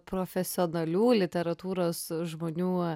profesionalių literatūros žmonių